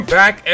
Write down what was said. back